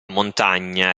montagna